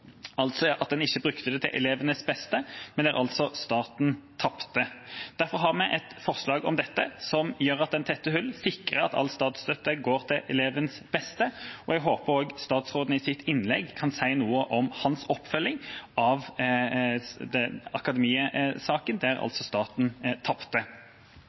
altså at en ikke brukte det til elevenes beste, men staten tapte. Derfor har vi et forslag om dette som gjør at en tetter hull og sikrer at all statsstøtte går til elevenes beste, og jeg håper statsråden i sitt innlegg kan si noe om sin oppfølging av Akademiet-saken, der altså staten tapte. Det